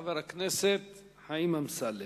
חבר הכנסת חיים אמסלם.